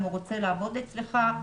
אם הוא רוצה לעבוד אצלך.